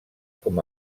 com